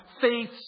Faith